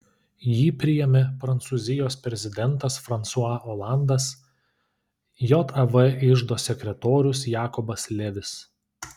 jį priėmė prancūzijos prezidentas fransua olandas jav iždo sekretorius jakobas levis